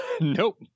Nope